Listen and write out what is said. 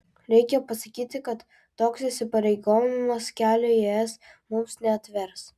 reikia pasakyti kad toks įsipareigojimas kelio į es mums neatvers